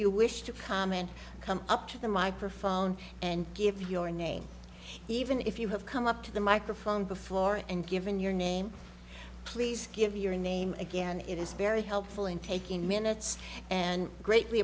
you wish to comment come up to the microphone and give your name even if you have come up to the microphone before and given your name please give your name again it is very helpful in taking minutes and greatly